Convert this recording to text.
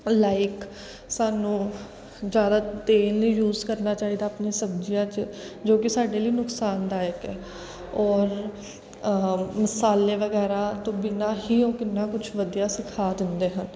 like ਸਾਨੂੰ ਜ਼ਿਆਦਾ ਤੇਲ ਨਹੀ ਯੂਜ ਕਰਨਾ ਚਾਹੀਦਾ ਆਪਣੀ ਸਬਜ਼ੀਆਂ 'ਚ ਜੋ ਕਿ ਸਾਡੇ ਲਈ ਨੁਕਸਾਨਦਾਇਕ ਹੈ ਔਰ ਮਸਾਲੇ ਵਗੈਰਾ ਤੋਂ ਬਿਨਾਂ ਹੀ ਉਹ ਕਿੰਨਾ ਕੁਛ ਵਧੀਆ ਸਿਖਾ ਦਿੰਦੇ ਹਨ